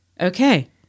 Okay